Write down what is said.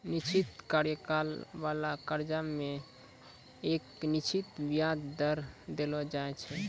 निश्चित कार्यकाल बाला कर्जा मे एक निश्चित बियाज दर देलो जाय छै